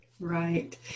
Right